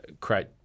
create